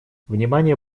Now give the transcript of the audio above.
внимание